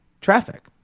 traffic